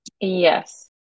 Yes